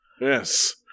Yes